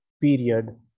period